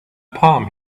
palm